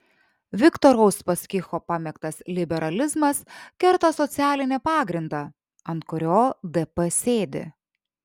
viktoro uspaskicho pamėgtas liberalizmas kerta socialinį pagrindą ant kurio dp sėdi